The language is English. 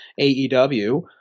AEW